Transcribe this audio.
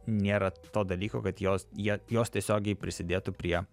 nėra to dalyko kad jos jie jos tiesiogiai prisidėtų prie